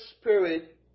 Spirit